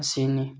ꯑꯁꯤꯅꯤ